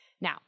Now